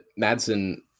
Madsen